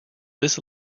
this